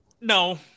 no